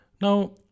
now